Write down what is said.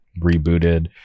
rebooted